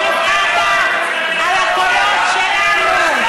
אתה נבחרת על הקולות שלנו.